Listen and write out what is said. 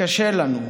קשה לנו.